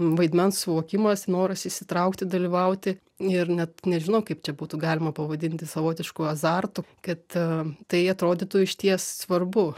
vaidmens suvokimas noras įsitraukti dalyvauti ir net nežinau kaip čia būtų galima pavadinti savotišku azartu kad tai atrodytų išties svarbu